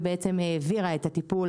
שבעצם העבירה את הטיפול,